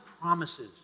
promises